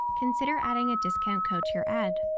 consider adding a discount code to your ad.